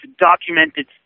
documented